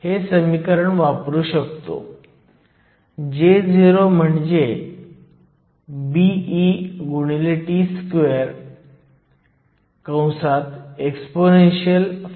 तर या समस्येसाठी आपण Nc आणि Nv तापमानापासून स्वतंत्र आहे असे घेत आहोत तर ni फक्त घातांकीय पदाद्वारे दिले जाते